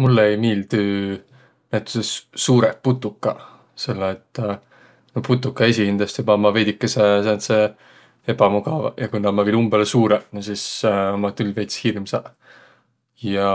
Mullõ ei miildüq näütüses suurõq putukaq, selle et no putukaq esiqhindäst joba ommaq veidikese sääntseq ebämugavaq, ja ku nä ommaq viil umbõlõ suurõq, no sis ommaq külh veits hirmsaq. Ja